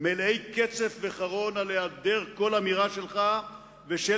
מלאי קצף וחרון על העדר כל אמירה שלך ושל